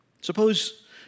Suppose